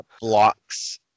blocks